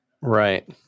right